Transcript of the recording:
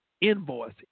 invoice